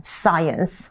science